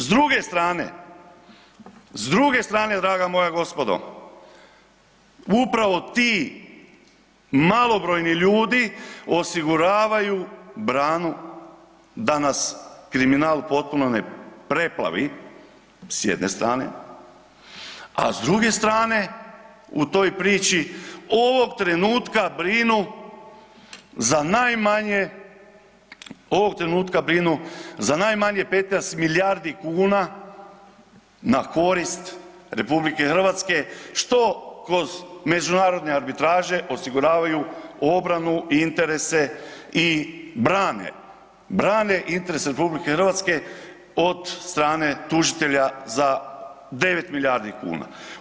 S druge strane, s druge strane draga moja gospodo upravo ti malobrojni ljudi osiguravaju branu da nas kriminal potpuno ne preplavi s jedne strane, a s druge strane u toj priči ovog trenutka brinu za najmanje, ovog trenutka brinu za najmanje 15 milijardi kuna na korist RH što kroz međunarodne arbitraže osiguravaju u obranu interese i brane, brane interese RH od strane tužitelja za 9 milijardi kuna.